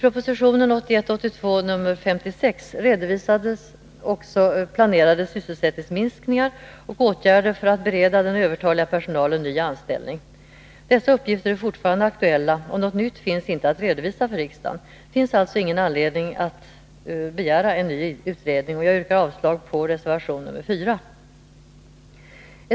Proposition 1981/82:56 redovisade också planerade sysselsättningsminskningar och åtgärder för att bereda den övertaliga personalen ny anställning. Dessa uppgifter är fortfarande aktuella, och något nytt finns inte att redovisa för riksdagen. Det finns alltså ingen anledning att begära en ny utredning, och jag yrkar avslag på reservation 4.